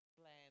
plan